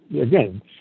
again